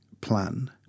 plan